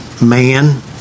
man